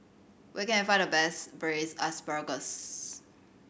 where can I find the best Braised Asparagus